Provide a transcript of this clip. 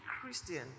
Christian